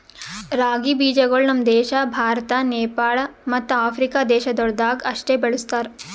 ರಾಗಿ ಬೀಜಗೊಳ್ ನಮ್ ದೇಶ ಭಾರತ, ನೇಪಾಳ ಮತ್ತ ಆಫ್ರಿಕಾ ದೇಶಗೊಳ್ದಾಗ್ ಅಷ್ಟೆ ಬೆಳುಸ್ತಾರ್